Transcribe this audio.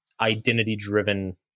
identity-driven